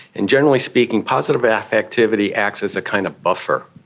and generally speaking positive affectivity acts as a kind of buffer